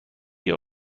ihr